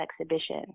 exhibition